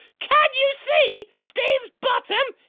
can you see steve's bottom?